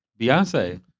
Beyonce